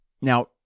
Now